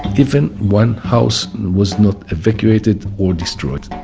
even one house wasn't evacuated or destroyed.